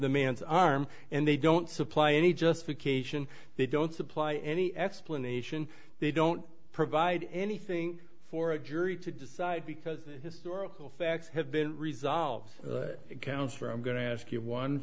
the man's arm and they don't supply any justification they don't supply any explanation they don't provide anything for a jury to decide because historical facts have been resolved it counts for i'm going to ask you one